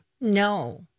No